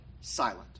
silent